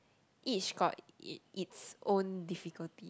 each got it is own difficulty